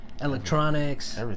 electronics